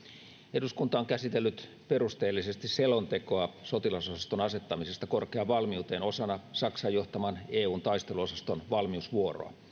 eduskunta on käsitellyt perusteellisesti selontekoa sotilasosaston asettamisesta korkeaan valmiuteen osana saksan johtaman eun taisteluosaston valmiusvuoroa